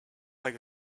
like